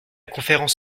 conférence